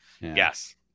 Yes